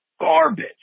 garbage